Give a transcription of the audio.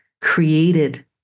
created